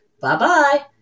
Bye-bye